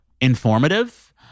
informative